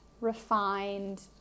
refined